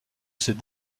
ces